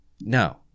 No